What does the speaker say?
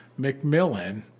McMillan